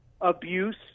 abuse